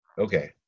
Okay